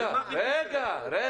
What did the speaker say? רגע.